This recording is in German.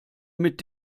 mit